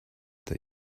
that